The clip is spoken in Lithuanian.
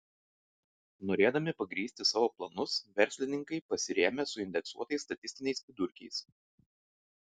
norėdami pagrįsti savo planus verslininkai pasirėmė suindeksuotais statistiniais vidurkiais